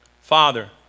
Father